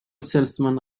salesman